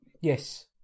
yes